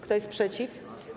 Kto jest przeciw?